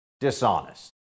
dishonest